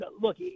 look